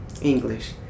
English